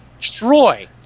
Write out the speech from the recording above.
Troy